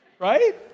right